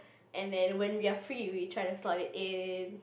and there when we are free we try to slot it in